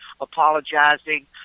apologizing